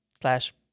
slash